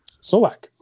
Solak